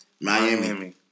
Miami